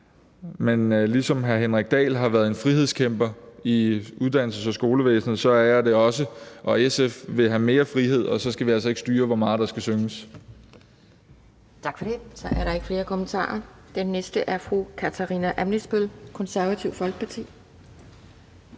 men ligesom hr. Henrik Dahl har været en frihedskæmper i uddannelses- og skolevæsenet, så er jeg det også. Og SF vil have mere frihed, og så skal vi altså ikke styre, hvor meget der skal synges.